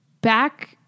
Back